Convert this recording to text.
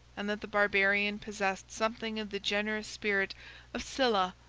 and that the barbarian possessed something of the generous spirit of sylla,